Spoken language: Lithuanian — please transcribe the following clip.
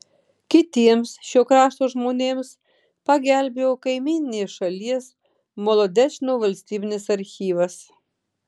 kitiems šio krašto žmonėms pagelbėjo kaimyninės šalies molodečno valstybinis archyvas